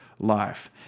life